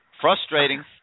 Frustrating